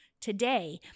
today